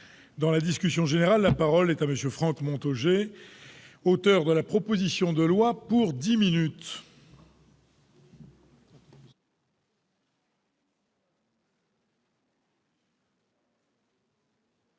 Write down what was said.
Dans la discussion générale, la parole est à M. Franck Montaugé, auteur de la proposition de loi organique.